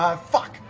um fuck.